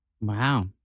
Wow